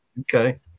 Okay